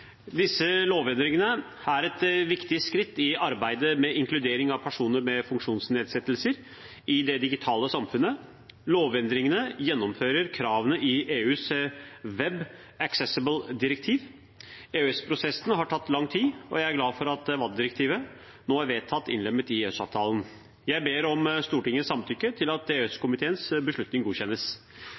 Disse lovendringene er et viktig skritt i arbeidet med inkludering av personer med funksjonsnedsettelser i det digitale samfunnet. Lovendringene gjennomfører kravene i EUs Web Accessibility-direktiv. EØS-prosessen har tatt lang tid, og jeg er glad for at WAD-direktivet nå er vedtatt innlemmet i EØS-avtalen. Jeg ber om Stortingets samtykke til at EØS-komiteens beslutning godkjennes.